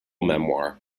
memoir